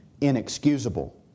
inexcusable